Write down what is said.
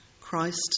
Christ